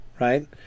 right